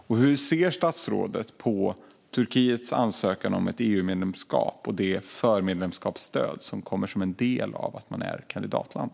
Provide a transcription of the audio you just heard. Och hur ser statsrådet på Turkiets ansökan om ett EU-medlemskap och det förmedlemskapsstöd som kommer som en del av att man är ett kandidatland?